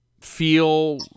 feel